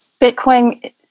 Bitcoin